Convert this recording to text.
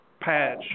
patch